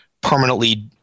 permanently